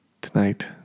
tonight